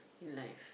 in life